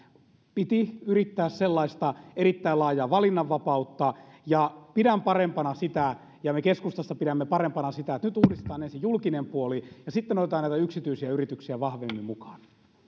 piti yrittää sellaista erittäin laajaa valinnanvapautta ja pidän parempana ja me keskustassa pidämme parempana sitä että nyt uudistetaan ensin julkinen puoli ja sitten otetaan näitä yksityisiä yrityksiä vahvemmin mukaan